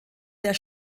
der